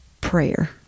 prayer